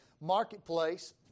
Marketplace